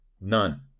none